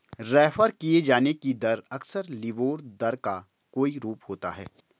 refer किये जाने की दर अक्सर लिबोर दर का कोई रूप होता है